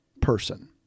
person